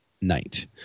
night